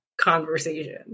conversation